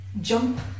Jump